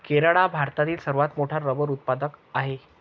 केरळ हा भारतातील सर्वात मोठा रबर उत्पादक आहे